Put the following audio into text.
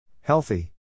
Healthy